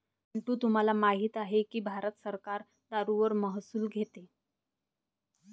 पिंटू तुम्हाला माहित आहे की भारत सरकार दारूवर महसूल घेते